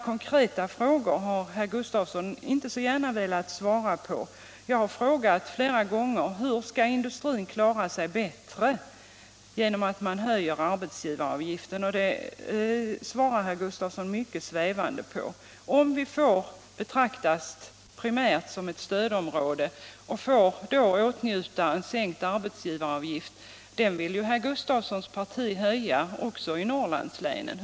Konkreta frågor har herr Gustafsson inte velat svara på. Jag har flera gånger frågat: Hur skall industrin kunna klara sig bättre genom att man höjer arbetsgivaravgiften? Det svarar herr Gustafsson mycket svävande på. Om Blekinge får betraktas som ett primärt stödområde får vi åtnjuta en sänkt arbetsgivaravgift. Men den vill ju herr Gustafsson parti höja, också i Norrlandslänen.